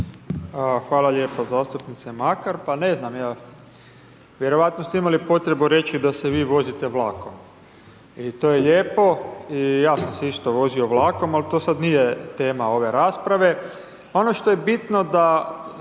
Hvala lijepo zastupnice Makar. Pa ne znam, evo, vjerojatno ste imali potrebu reći da se vi vozite vlakom. I to je lijepo i ja sam se isto vozio vlakom, ali to sad nije tema ove rasprave. Ono što je bitno je